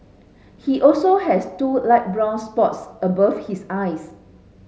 he also has two light brown spots above his eyes